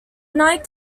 nike